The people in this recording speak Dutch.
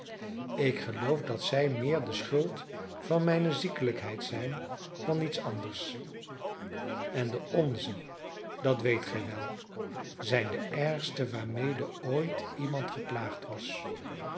ik geloof dat zij meer de schuld van mijne ziekelijkheid zijn dan iets anders en de onze dat weet gij wel zijn de ergsten waarmede ooit iemand geplaagd was